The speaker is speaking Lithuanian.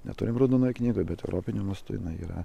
neturim raudonoj knygoj bet europiniu mastu jinai yra